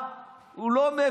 מה הבעיה, שלמה?